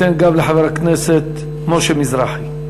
אתן גם לחבר הכנסת משה מזרחי.